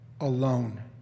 Alone